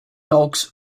dogs